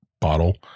bottle